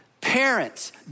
Parents